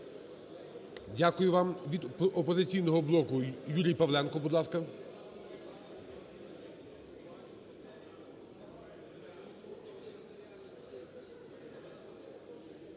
Дякую вам. Від "Опозиційного блоку" Юрій Павленко, будь ласка.